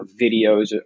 videos